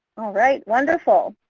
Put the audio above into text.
right, wonderful.